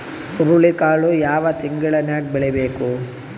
ಹುರುಳಿಕಾಳು ಯಾವ ತಿಂಗಳು ನ್ಯಾಗ್ ಬೆಳಿಬೇಕು?